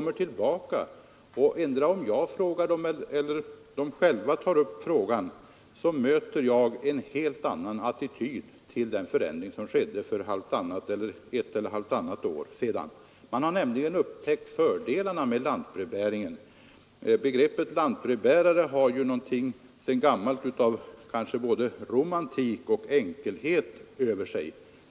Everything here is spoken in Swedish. möter jag — antingen det är jag som frågar dem eller det är de själva som tar upp frågan — en helt annan attityd till den förändring som genomfördes ett eller halvtannat år tidigare. Då har man nämligen upptäckt fördelarna med lantbrevbäringen. Begreppet lantbrevbärare har ju sedan gammalt något av både romantik och enkelhet över sig.